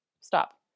stop